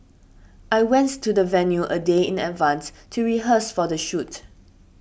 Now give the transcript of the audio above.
I went to the venue a day in advance to rehearse for the shoot